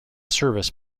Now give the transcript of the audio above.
service